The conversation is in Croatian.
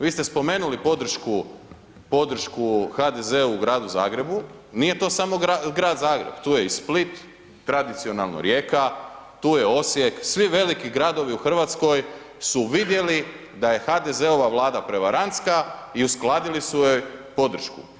Vi ste spomenuli podršku, podršku HDZ-u u Gradu Zagrebu, nije to samo Grad Zagreb, tu je i Split, tradicionalno Rijeka, tu je Osijek, svi veliki gradovi u Hrvatskoj su vidjeli da je HDZ-ova Vlada prevarantska i uskladili su joj podršku.